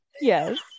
Yes